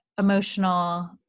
emotional